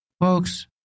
folks